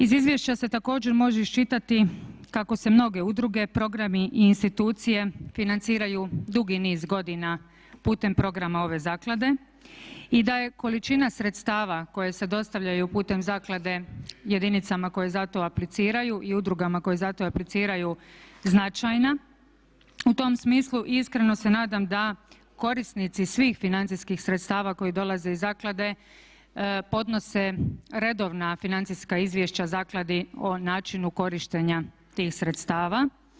Iz izvješća se također može iščitati kako se mnoge udruge, programi i institucije financiraju dugi niz godina putem programa ove zaklade i da je količina sredstava koje se dostavljaju putem zaklade jedinicama koje za to apliciraju i udrugama koje za to apliciraju značajna u tom smislu i iskreno se nadam da korisnici svih financijskih sredstava koji dolaze iz zaklade podnose redovna financijska izvješća zaklade o načinu korištenja tih sredstava.